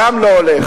גם לא הולך.